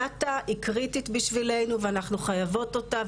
דאטה היא קריטית בשבילנו ואנחנו חייבות אותה,